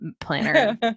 planner